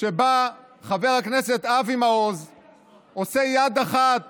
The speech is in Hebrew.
שבה חבר הכנסת אבי מעוז עושה יד אחת